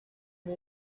una